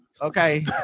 Okay